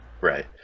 Right